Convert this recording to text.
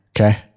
Okay